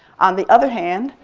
on the other hand,